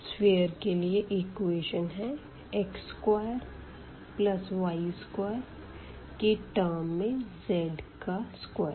sphere के लिए equation है x2y2 की टर्म में z का स्क्वायर